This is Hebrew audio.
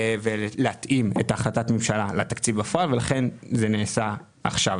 ולהתאים את החלטת הממשלה לתקציב בפועל ולכן זה נעשה עכשיו.